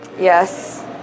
Yes